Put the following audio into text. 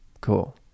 cool